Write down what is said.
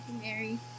Mary